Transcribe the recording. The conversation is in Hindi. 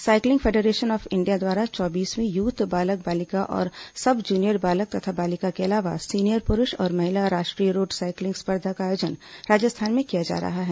साइकिलिंग फेडरेशन ऑफ इंडिया द्वारा चौबीसवीं यूथ बालक बालिका और सब जूनियर बालक तथा बालिका के अलावा सीनियर पुरूष और महिला राष्ट्रीय रोड साइकिलिंग स्पर्धा का आयोजन राजस्थान में किया जा रहा है